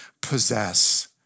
possess